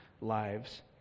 lives